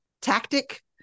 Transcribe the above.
tactic